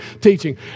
teaching